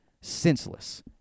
senseless